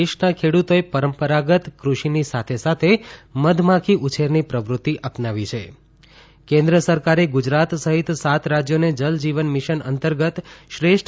દેશના ખેડૂતોએ પરંપરાગત કૃષિની સાથે સાથે મધમાખી ઉછેરની પ્રવૃત્તિ અપનાવી છે કેન્દ્ર સરકારે ગુજરાત સહિત સાત રાજ્યોને જલ જીવન મિશન અંતર્ગત શ્રેષ્ઠ